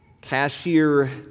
cashier